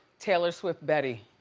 taylor swift betty.